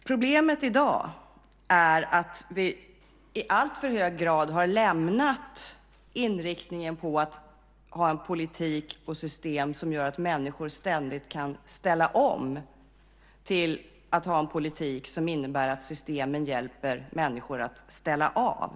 Problemet i dag är att vi i alltför hög grad har lämnat inriktningen på att ha en politik och ett system som gör att människor ständigt kan ställa om till att ha en politik som innebär att systemen hjälper människor att ställa av.